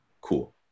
Cool